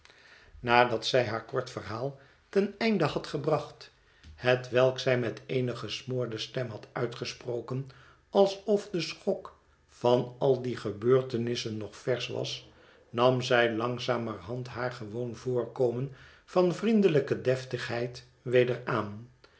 nadat zij haar kort verhaal ten einde had gebracht hetwelk zij met eene gesmoorde stem had uitgesproken alsof de schok van al die gebeurtenissen nog versch was nam zij langzamerhand haar gewoon voorkomen van vriendelijke deftigheid weder aan